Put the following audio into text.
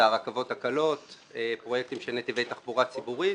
והרכבות הקלות, פרויקטים של נתיבי תחבורה ציבורית,